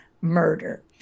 murder